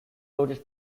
lotus